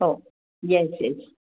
हो yes yes